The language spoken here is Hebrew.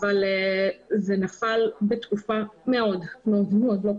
אבל זה נפל בתקופה מאוד מאוד לא פשוטה.